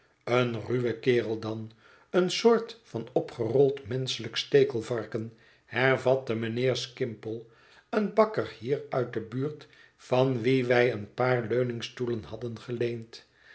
een ruwen kerel dan een soort van opgerold menschelijk stekelvarken hervatte mijnheer skimpole een bakker hier uit de buurt van wien wij een paar leuningstoelen hadden geleend